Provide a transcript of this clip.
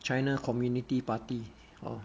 china community party orh